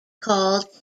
called